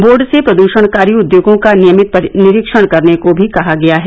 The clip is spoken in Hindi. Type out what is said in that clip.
बोर्ड से प्रदूषणकारी उद्योगों का नियमित निरीक्षण करने को भी कहा गया है